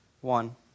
One